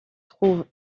trouve